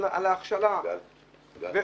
על ההכשלה וכו'.